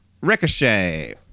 Ricochet